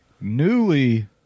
newly